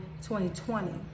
2020